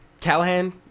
Callahan